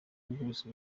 bwose